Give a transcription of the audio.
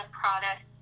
product